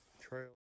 trail